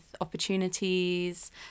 opportunities